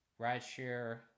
rideshare